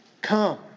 Come